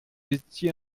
étiez